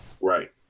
Right